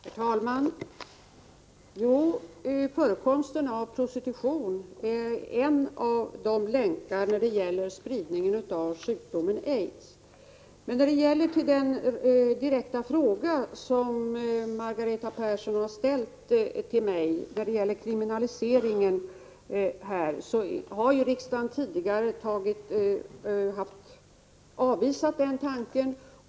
Herr talman! Jo, förekomsten av prostitution är en av länkarna när det gäller spridning av sjukdomen AIDS. Men för att övergå till den direkta fråga som Margareta Persson har ställt till mig om kriminalisering, vill jag påpeka att riksdagen tidigare har avvisat denna tanke.